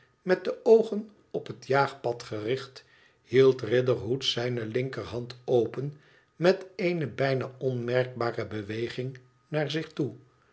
met de oogen op het jaagpad gericht hield riderhood zijne linkerhand open met eene bijna onmerkbare beweging naar zich toe